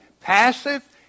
Passive